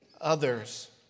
others